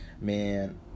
man